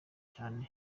cyane